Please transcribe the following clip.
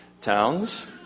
towns